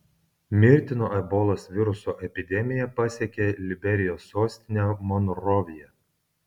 mirtino ebolos viruso epidemija pasiekė liberijos sostinę monroviją